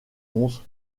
onze